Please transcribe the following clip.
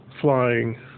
flying